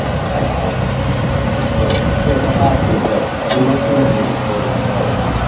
ꯑꯥ ꯑꯥ ꯍꯣꯏ ꯁꯦꯠ ꯑꯄꯥꯕꯗꯨ ꯍꯣꯏ ꯑꯗꯨ ꯑꯃ ꯈꯤꯜꯂꯗꯣꯏꯅꯤ ꯑꯗꯨꯏꯗꯨ ꯑꯃ ꯇꯧꯔꯒ